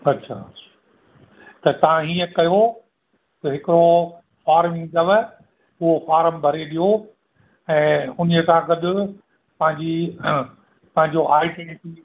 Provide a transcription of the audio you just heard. अच्छा त तव्हां हीअं कयो त हिकिड़ो फॉर्म ईंदुव उहो फॉर्म भरे ॾियो ऐं हुन सां गॾु पंहिंजी पंहिंजो आई डी